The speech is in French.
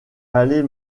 allez